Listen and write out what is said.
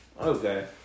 Okay